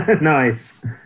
Nice